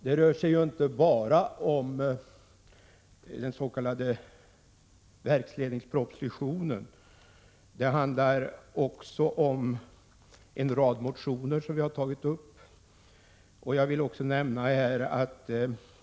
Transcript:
Det rör sig ju inte bara om den s.k. verksledningspropositionen, utan det handlar också om en rad motioner, vilka vi också har tagit upp.